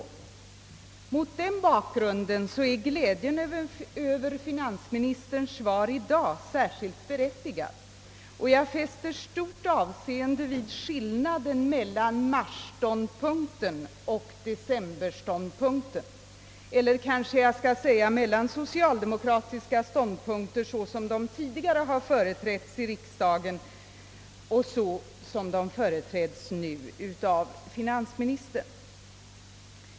sg Mot den bakgrunden är glädjen över finansministerns svar i dag särskilt berättigad. Jag fäster stort avseende vid skillnaden mellan marsståndpunkten och decemberståndpunkten eller — kanske jag bör säga — mellan de socialdemokratiska ståndpunkterna såsom de tidigare företrätts i riksdagen och såsom de nu företräds av finansministern.